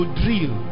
drill